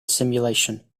simulation